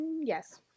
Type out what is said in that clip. Yes